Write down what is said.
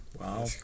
Wow